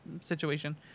situation